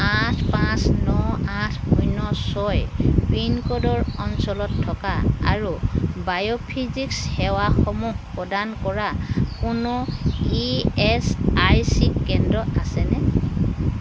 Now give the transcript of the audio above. আঠ পাঁচ ন আঠ শূন্য ছয় পিনক'ডৰ অঞ্চলত থকা আৰু বায়'ফিজিক্স সেৱাসমূহ প্ৰদান কৰা কোনো ই এছ আই চি কেন্দ্ৰ আছেনে